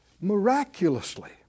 miraculously